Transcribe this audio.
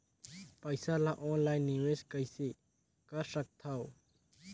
पईसा ल ऑनलाइन निवेश कइसे कर सकथव?